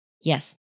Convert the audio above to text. Yes